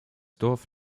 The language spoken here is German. dorf